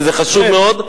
וזה חשוב מאוד.